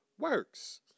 works